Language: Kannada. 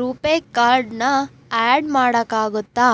ರೂಪೇ ಕಾರ್ಡನ್ನ ಆ್ಯಡ್ ಮಾಡೋಕ್ಕಾಗತ್ತಾ